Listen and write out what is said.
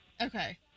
okay